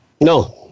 No